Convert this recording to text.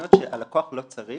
אומרת שהלקוח לא צריך,